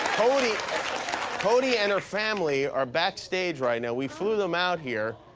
cody cody and her family are backstage right now. we flew them out here.